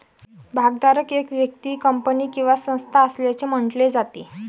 भागधारक एक व्यक्ती, कंपनी किंवा संस्था असल्याचे म्हटले जाते